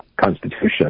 constitution